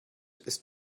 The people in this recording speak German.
ist